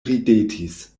ridetis